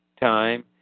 time